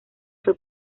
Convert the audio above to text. fue